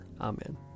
Amen